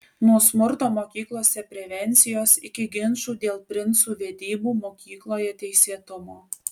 nuo smurto mokyklose prevencijos iki ginčų dėl princų vedybų mokykloje teisėtumo